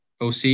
OC